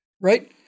right